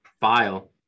file